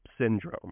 syndrome